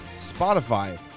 Spotify